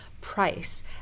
price